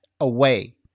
away